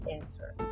answer